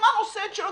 הזמן עושה את שלו,